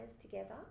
together